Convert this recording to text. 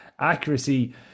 accuracy